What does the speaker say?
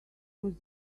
was